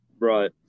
right